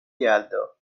یلدا